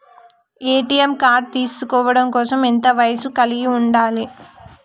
ATM card తీసుకోవడం కోసం ఎంత వయస్సు కలిగి ఉండాలి?